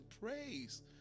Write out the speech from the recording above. praise